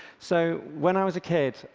so when i was a kid,